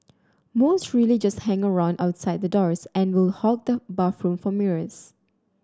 most really just hang around outside the doors and will hog the bathroom for mirrors